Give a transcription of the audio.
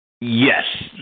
Yes